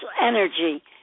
energy